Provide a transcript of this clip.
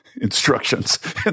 instructions